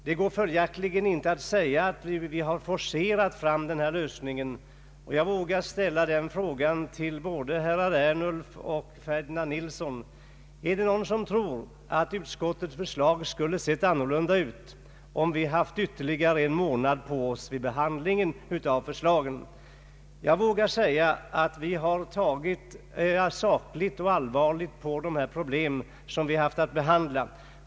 Man kan alltså inte säga att vi har forcerat fram den här lösningen, och jag vågar ställa frågan till både herr Ernulf och herr Ferdinand Nilsson: Är det någon som tror att utskottets förslag hade sett annorlunda ut om vi haft ytterligare en månad på oss vid behandlingen av förslagen? Vi har tagit sakligt och allvarligt på de problem vi haft att behandla.